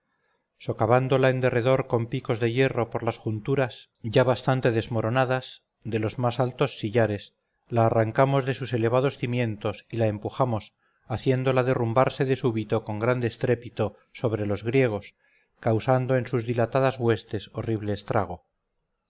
socavándola en derredor con picos de hierro por las junturas ya bastante desmoronadas de los más altos sillares la arrancamos de sus elevados cimientos y la empujamos haciéndola derrumbarse de súbito con grande estrépito sobre los griegos causando en sus dilatadas huestes horrible estrago